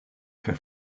kaj